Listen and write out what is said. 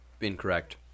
incorrect